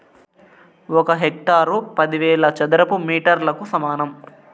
ఒక హెక్టారు పదివేల చదరపు మీటర్లకు సమానం